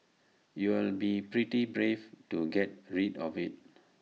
you'll be pretty brave to get rid of IT